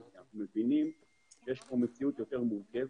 כי אנחנו מבינים שיש פה מציאות יותר מורכבת.